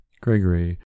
Gregory